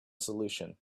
solution